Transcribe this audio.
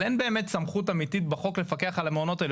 אבל אין באמת סמכות אמיתית בחוק לפקח על המעונות האלה.